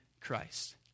Christ